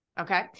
Okay